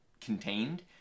contained